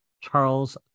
Charles